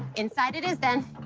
inside it is, then.